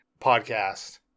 podcast